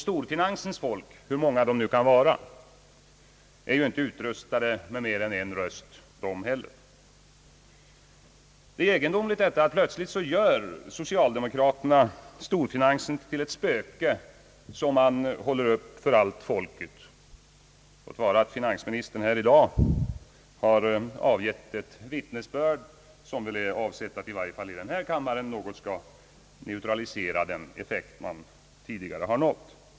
Storfinansens folk — hur många de nu kan vara — är inte utrustade med mer än en röst var de heller. Det är egendomligt att socialdemokraterna plötsligt gör storfinansen till ett spöke, som man håller upp för allt folket. Låt vara att finansministern här i dag har avgivit ett vittnesbörd som väl är avsett att i varje fall i denna kammare något neutralisera den effekt man tidigare har nått.